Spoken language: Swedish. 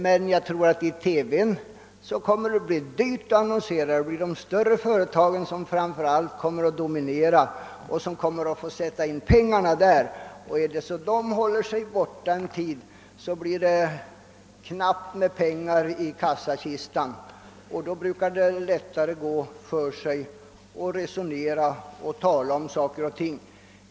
Men jag tror att i TV blir det dyrt att annonsera — de större företagen kommer att dominera och svara för det mesta av inkomsterna. Håller de sig sedan borta en tid med sina annonser blir det knappt med pengar i kassakistan, och under sådana förhållanden brukar det gå lättare att resonera om saker och ting.